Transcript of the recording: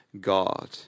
God